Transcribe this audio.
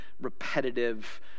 repetitive